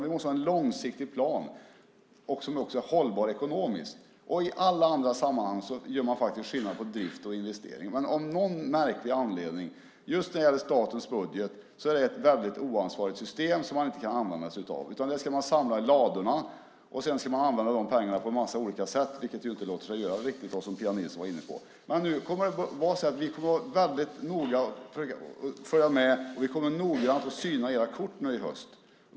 Vi måste ha en långsiktig plan som också är hållbar ekonomiskt. I alla andra sammanhang gör man faktiskt skillnad på drift och investering. Men av någon märklig anledning, just när det gäller statens budget, är det ett väldigt oansvarigt system som man inte kan använda sig av. Man ska samla i ladorna, och sedan ska man använda de pengarna på en massa olika sätt vilket inte låter sig göra riktigt, som Pia Nilsson var inne på. Men vi kommer att vara väldigt noga med att följa med. Vi kommer noggrant att syna era kort i höst.